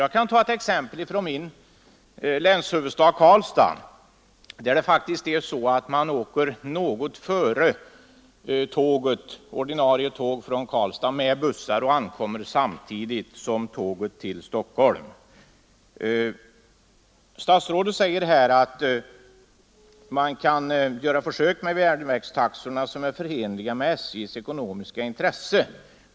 Jag kan ta ett exempel från min länshuvudstad Karlstad, där man faktiskt med buss åker något före Statsrådet säger att man kan göra ett försök med de järnvägstaxor som är förenliga med SJ:s ekonomiska intresse.